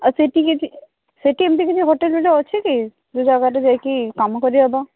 ଆଉ ସେଠି କିଛି ସେଠି ଏମିତି କିଛି ହୋଟେଲ ଗୋଟେ ଅଛି କି ଯୋଉ ଜାଗାରେ ଯାଇକି କାମ କରିହେବ